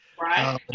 Right